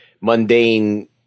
mundane